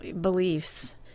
beliefs